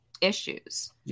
issues